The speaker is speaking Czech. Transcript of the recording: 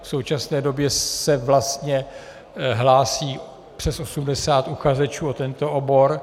V současné době se vlastně hlásí přes 80 uchazečů o tento obor.